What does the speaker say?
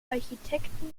architekten